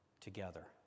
together